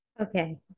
okay